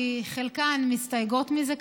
כי חלקן מסתייגות מזה,